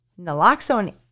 naloxone